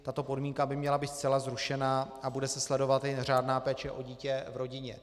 Tato podmínka by měla být zcela zrušena a bude se sledovat jen řádná péče o dítě v rodině.